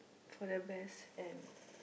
for the best and